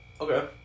Okay